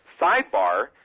sidebar